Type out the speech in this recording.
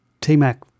T-Mac